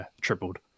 tripled